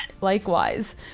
Likewise